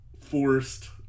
forced